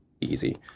easy